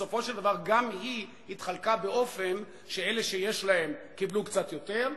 בסופו של דבר גם היא התחלקה באופן שאלה שיש להם קיבלו קצת יותר,